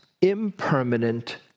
impermanent